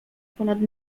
ponad